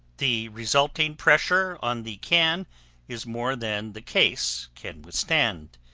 the resulting pressure on the can is more than the case can withstand,